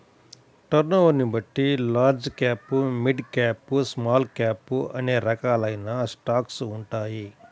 టర్నోవర్ని బట్టి large cap, mid cap, small cap అనే రకాలైన స్టాక్స్ ఉంటాయి